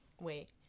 wait